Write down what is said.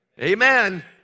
Amen